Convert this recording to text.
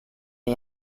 wir